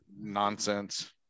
nonsense